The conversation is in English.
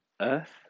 earth